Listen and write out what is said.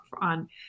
on